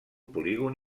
polígon